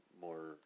more